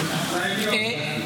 הוא עשה דוקטורט במשפטים ותפסו.